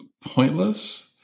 pointless